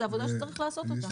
זאת עבודה שצריך לעשות אותה.